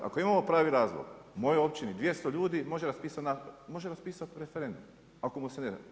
Ako imamo pravi razlog u mojoj općini 200 ljudi može raspisati referendum ako mu se ne da.